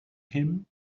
him